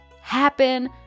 happen